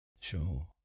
Sure